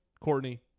Courtney